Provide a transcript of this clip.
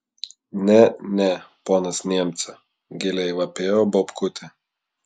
ne ne ponas niemce gailiai vapėjo baubkutė